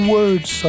Words